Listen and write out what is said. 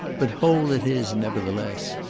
but hole it is, nevertheless.